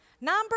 Number